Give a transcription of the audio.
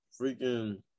freaking